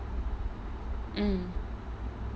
mm